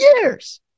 years